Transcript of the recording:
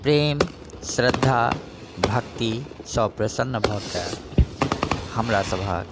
प्रेम श्रद्धा भक्तिसँ प्रसन्न भऽ कऽ हमरा सभके